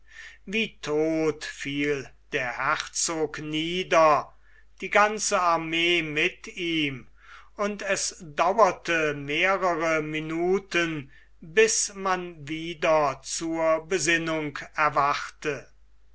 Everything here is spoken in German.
wie todt fiel der herzog nieder die ganze armee mit ihm und es dauerte mehrere minuten bis man wieder zur besinnung erwachte